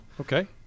okay